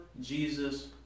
Jesus